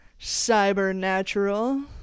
Cybernatural